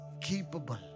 capable